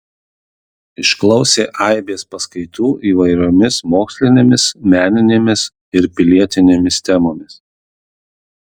išklausė aibės paskaitų įvairiomis mokslinėmis meninėmis ir pilietinėmis temomis